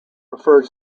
referred